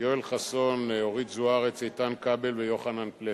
יואל חסון, אורית זוארץ, איתן כבל ויוחנן פלסנר.